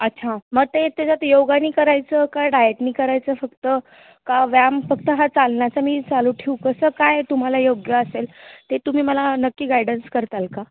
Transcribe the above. अच्छा मग ते त्याच्यात योगाने करायचं का डाएटने करायचं फक्त का व्यायाम फक्त हा चालण्याचा मी चालू ठेवू कसं काय तुम्हाला योग्य असेल ते तुम्ही मला नक्की गायडन्स करताल का